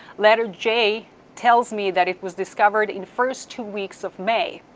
letter j tells me that it was discovered in first two weeks of may.